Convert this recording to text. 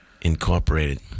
Incorporated